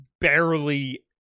Barely